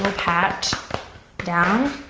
pat down.